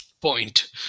point